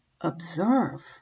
observe